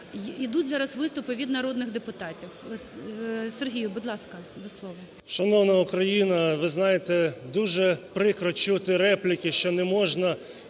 йдуть зараз виступи від народних депутатів. Сергію, будь ласка, до слова. 11:55:10 ЛЕЩЕНКО С.А. Шановна Україна! Ви знаєте дуже прикро чути репліки, що не можна